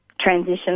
transition